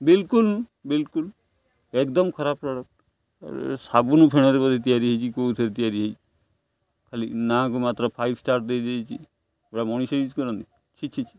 ବିଲ୍କୁଲ୍ ବିଲ୍କୁଲ୍ ଏକ୍ଦମ୍ ଖରାପ ପ୍ରଡ଼କ୍ଟ୍ ସାବୁନ ଫେଣାରେ ବୋଧେ ତିଆରି ହୋଇଛି କେଉଁଥିରେ ତିଆରି ହୋଇଛି ଖାଲି ନାଁକୁ ମାତ୍ର ଫାଇଭ୍ ଷ୍ଟାର୍ ଦେଇଛି ପୁରା ମଣିଷା ୟୁଜ୍ କରନ୍ତି ଛି ଛି